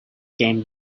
game